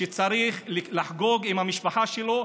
שצריך לחגוג עם המשפחה שלו.